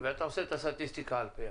ואתה עושה את הסטטיסטיקה על פי זה.